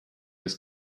was